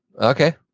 Okay